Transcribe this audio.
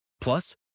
Plus